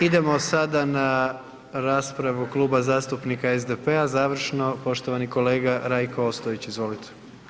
Idemo sada na raspravu Kluba zastupnika SDP-a, završno, poštovani kolega Rajko Ostojić, izvolite.